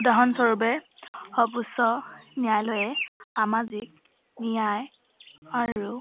উদাহৰণস্বৰূপে সৰ্বোচ্চ ন্যায়ালয়ে সামাজিক ন্যায় আৰু